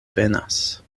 venas